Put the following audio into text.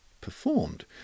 performed